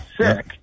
sick